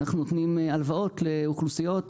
אנחנו נותנים הלוואות לאוכלוסיות,